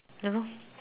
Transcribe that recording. ya lor